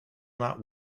not